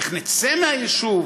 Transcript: איך נצא מהיישוב?